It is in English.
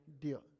deal